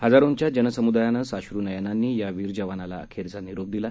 हजारोंच्या जनसमुदायानं साश्र् नयनांनी या वीर जवानाला अखेरचा निरोप दिला